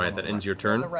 that ends your turn.